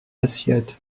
assiette